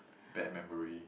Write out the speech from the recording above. bad memory